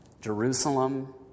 Jerusalem